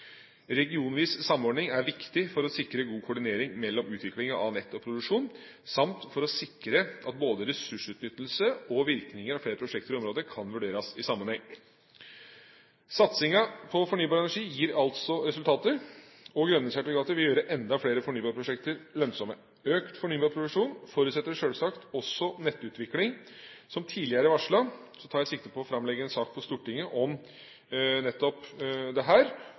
Regionvis samordning er viktig for å sikre god koordinering mellom utviklingen av nett og produksjon samt for å sikre at både ressursutnyttelse og virkninger av flere prosjekter i området kan vurderes i sammenheng. Satsingen på fornybar energi gir altså resultater, og grønne sertifikater vil gjøre enda flere fornybarprosjekter lønnsomme. Økt fornybar produksjon forutsetter selvsagt også nettutvikling. Som tidligere varslet tar jeg sikte på å framlegge en sak for Stortinget om nettopp